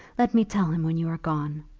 let me tell him when you are gone.